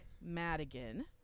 Madigan